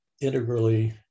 integrally